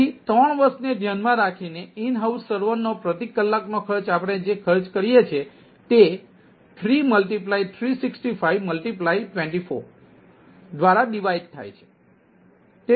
તેથી 3 વર્ષને ધ્યાનમાં રાખીને ઈન હાઉસ સર્વરનો પ્રતિ કલાક નો ખર્ચ આપણે જે ખર્ચ કરીએ છીએ તે 336524 દ્વારા ડિવાઇડ થાય છે